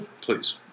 Please